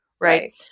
Right